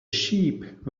sheep